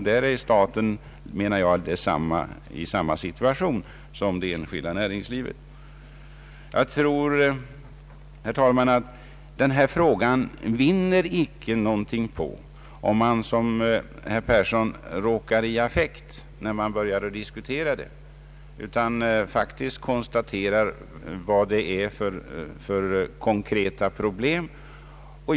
Där är enligt min uppfattning staten i samma situation som det enskilda näringslivet. Jag tror, herr talman, att denna fråga icke vinner något på att man som herr Persson råkar i affekt när man diskuterar den. I stället bör man konstatera vilka de konkreta problemen är.